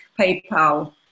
PayPal